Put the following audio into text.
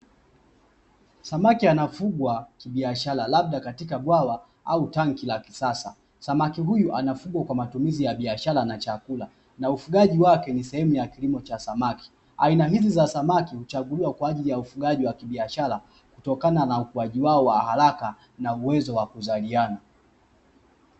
Samaki anafugwa kibiashara labda katika bwawa au tanki la kisasa. samaki huyu anafungwa kwa matumizi ya biashara na chakula na ufugaji wake ni sehemu ya kilimo cha samaki aina hizi za samaki, huchaguliwa kwa ajili ya ufugaji wa kibiashara kutokana na ukuaji wao wa haraka na uwezo wa kuzaliana,